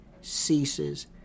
ceases